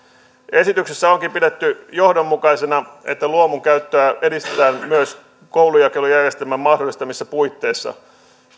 esityksessä onkin pidetty johdonmukaisena että luomun käyttöä edistetään myös koulujakelujärjestelmän mahdollistamissa puitteissa